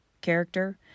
character